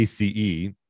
ACE